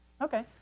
Okay